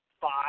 five